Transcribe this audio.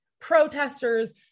protesters